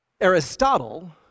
Aristotle